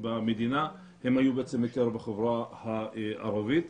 במדינה היו מקרב החברה הערבית.